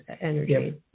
energy